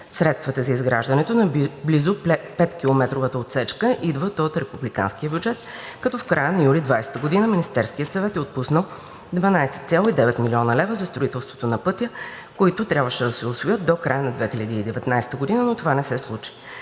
Средствата за изграждането на близо петкилометровата отсечка идват от републиканския бюджет, като в края на юли 2020 г. Министерският съвет е отпуснал 12,9 млн. лв. за строителството на пътя, които трябваше да се осигурят до края на 2019 г., но това не се случи.